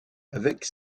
avec